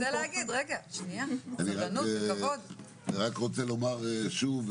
עלי, עד שאני כבר אומר מילה טובה?